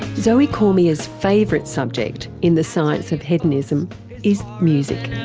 zoe cormier's favourite subject in the science of hedonism is music.